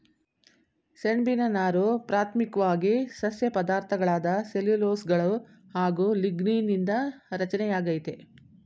ಸೆಣ್ಬಿನ ನಾರು ಪ್ರಾಥಮಿಕ್ವಾಗಿ ಸಸ್ಯ ಪದಾರ್ಥಗಳಾದ ಸೆಲ್ಯುಲೋಸ್ಗಳು ಹಾಗು ಲಿಗ್ನೀನ್ ನಿಂದ ರಚನೆಯಾಗೈತೆ